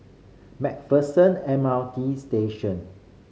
Macpherson M R T Station